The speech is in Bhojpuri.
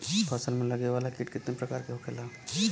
फसल में लगे वाला कीट कितने प्रकार के होखेला?